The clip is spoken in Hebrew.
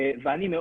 מאוד